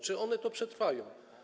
Czy one to przetrwają?